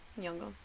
younger